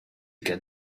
get